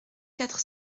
quatre